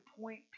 point